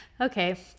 okay